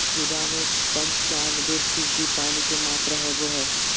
खीरा में पंचानबे फीसदी पानी के मात्रा होबो हइ